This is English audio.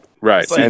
right